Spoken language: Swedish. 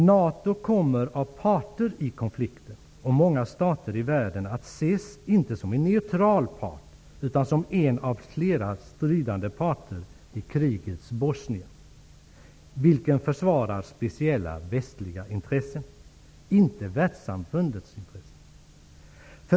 NATO kommer av parterna i konflikten och många stater i världen att ses inte som en neutral part, utan som en av flera stridande parter i krigets Bosnien vilken försvarar speciella västliga intressen och inte världssamfundets intressen.